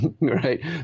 right